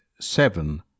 seven